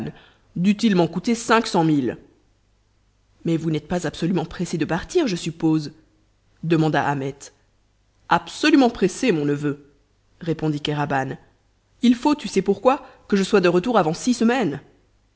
coûter cinq cent mille mais vous n'êtes pas absolument pressé de partir je suppose demanda ahmet absolument pressé mon neveu répondit kéraban il faut tu sais pourquoi que je sois de retour avant six semaines